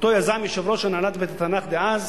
שיזם יושב-ראש הנהלת בית-התנ"ך דאז,